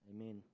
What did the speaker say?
amen